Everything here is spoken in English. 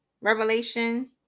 revelation